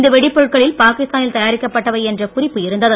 இந்த வெடிப்பொருட்களில் பாகிஸ்தானில் தயாரிக்கப்பட்வை என்ற குறிப்பு இருந்தது